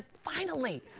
finally.